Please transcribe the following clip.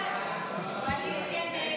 הסתייגות 7 לא נתקבלה.